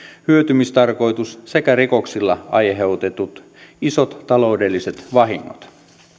hyötymistarkoitus sekä rikoksilla aiheutetut isot taloudelliset vahingot